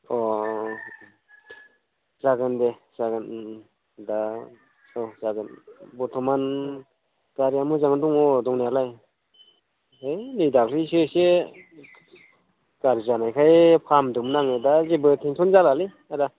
अ अ जागोन दे जागोन दा औ जागोन बर्थमान गारिया मोजाङै दङ दंनायालाय ओइ नै दाख्लैसो एसे गाज्रि जानायखाय फाहामदोंमोन आङो दा जेबो टेनसन जालालै आदा